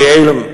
כי אלו הם,